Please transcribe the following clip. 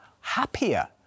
happier